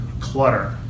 clutter